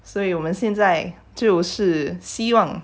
所以我们现在就是希望